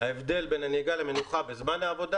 ההבדל בין נהיגה למנוחה בזמן העבודה